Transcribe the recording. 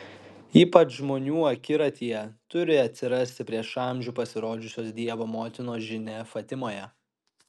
ypač žmonių akiratyje turi atsirasti prieš amžių pasirodžiusios dievo motinos žinia fatimoje